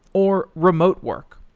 or remote work.